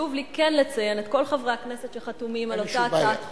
חשוב לי כן לציין את כל חברי הכנסת שחתומים על אותה הצעת חוק,